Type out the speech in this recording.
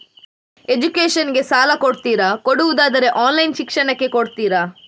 Education ಗೆ ಸಾಲ ಕೊಡ್ತೀರಾ, ಕೊಡುವುದಾದರೆ ಆನ್ಲೈನ್ ಶಿಕ್ಷಣಕ್ಕೆ ಕೊಡ್ತೀರಾ?